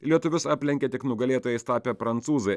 lietuvius aplenkė tik nugalėtojais tapę prancūzai